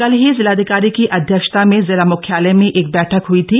कल ही जिलाधिकारी की अध्यक्षता में जिला म्ख्यालय में एक बैठक हई थी